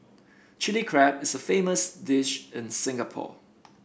Chilli Crab is a famous dish in Singapore